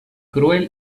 cruel